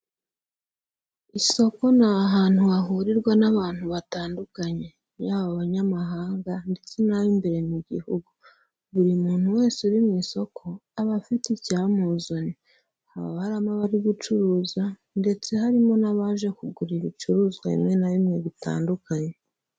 Isoko ni ahantu hahurirwa n'abantu batandukanye. Yaba abanyamahanga ndetse n'ab'imbere mu gihugu. Buri muntu wese uri mu isoko aba afite icyamuzanye, haba harimo abari gucuruza ndetse harimo n'abaje kugura ibicuruzwa bimwe na bimwe bitandukanye.